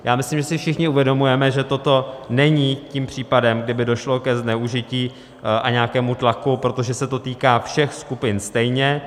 Já myslím, že si všichni uvědomujeme, že toto není tím případem, kdy by došlo k zneužití a nějakému tlaku, protože se to týká všech skupin stejně.